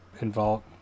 involved